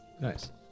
Nice